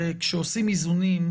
כשעושים איזונים,